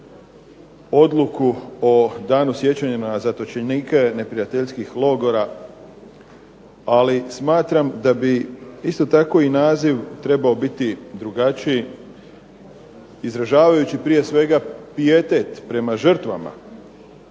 Odluku o danu sjećanja na zatočenike neprijateljskih logora, ali smatram da bi isto tako i naziv trebao biti drugačiji, izražavajući prije svega pijetet prema žrtvama,